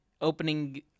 opening